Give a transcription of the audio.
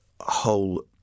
whole